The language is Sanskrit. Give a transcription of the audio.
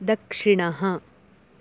दक्षिणः